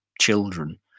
children